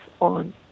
on